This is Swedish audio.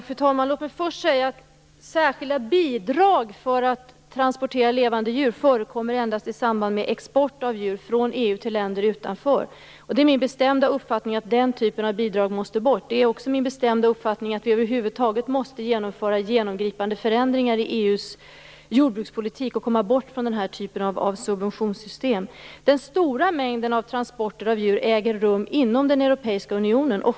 Fru talman! Låt mig först säga att särskilda bidrag för att transportera levande djur förekommer endast i samband med export av djur från EU till utanförliggande länder. Det är min bestämda uppfattning att den typen av bidrag måste bort. Det är också min bestämda uppfattning att vi över huvud taget måste genomföra genomgripande förändringar i EU:s jordbrukspolitik och komma bort från den här typen av subventionssystem. Den stora mängden av transporter av djur äger rum inom den europeiska unionen.